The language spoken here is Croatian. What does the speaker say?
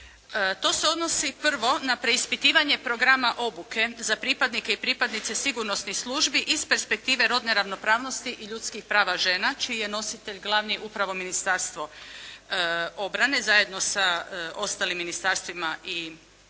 To se odnosi prvo na preispitivanje programa obuke za pripadnike i pripadnice sigurnosnih službi iz perspektive rodne ravnopravnosti i ljudskih prava žena čiji je nositelj glavni upravo Ministarstvo obrane zajedno sa ostalim ministarstvima i